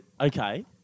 okay